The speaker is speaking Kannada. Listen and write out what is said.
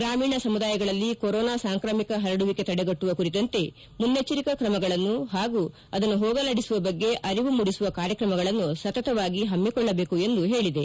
ಗ್ರಾಮೀಣ ಸಮುದಾಯಗಳಲ್ಲಿ ಕೊರೋನಾ ಸಾಂಕ್ರಾಮಿಕ ಪರಡುವಿಕೆ ತಡೆಗಟ್ಟುವ ಕುರಿತಂತೆ ಮುನ್ನೆಚ್ಚರಿಕಾ ತ್ರಮಗಳನ್ನು ಹಾಗೂ ಹೋಗಲಾಡಿಸುವ ಬಗ್ಗೆ ಅರಿವು ಮೂಡಿಸುವ ಕಾರ್ಯಕ್ರಮಗಳನ್ನು ಸತತವಾಗಿ ಹಮ್ಮಿಕೊಳ್ಳಬೇಕು ಎಂದು ಹೇಳಿದೆ